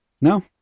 No